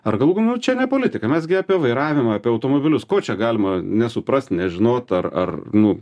ar galų gale čia ne politika mes gi apie vairavimą apie automobilius ko čia galima nesuprast nežinot ar ar nu